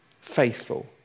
faithful